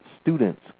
students